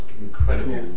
incredible